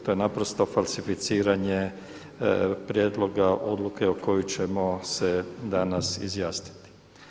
To je naprosto falsificiranje prijedloga odluke o kojoj ćemo se danas izjasniti.